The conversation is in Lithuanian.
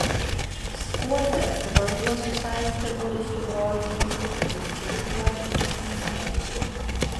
skuode vanduo susaistė mudu su broliu henriku glaudžiais dvasiniais saitais